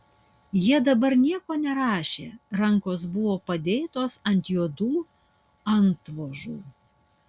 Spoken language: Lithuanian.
jie dabar nieko nerašė rankos buvo padėtos ant juodų antvožų